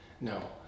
No